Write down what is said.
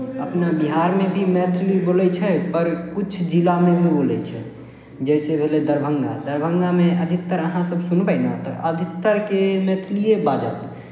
अपना बिहारमे भी मैथिली बोलै छै पर किछु जिलामे भी बोलै छै जइसे भेलै दरभंगा दरभंगामे अधिकतर अहाँसभ सुनबै ने तऽ अधिकतरके मैथलिए बाजत